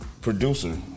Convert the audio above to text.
producer